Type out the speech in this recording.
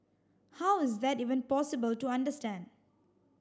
how is that even possible to understand